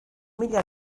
mila